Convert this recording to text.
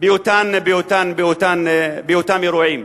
באותם אירועים.